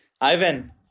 Ivan